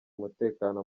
umutekano